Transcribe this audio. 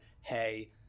hey